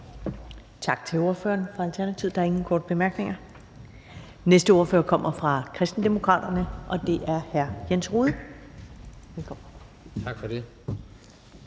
Tak til ordføreren fra Alternativet. Der er ingen korte bemærkninger. Næste ordfører kommer fra Kristendemokraterne, og det er hr. Jens Rohde. Velkommen.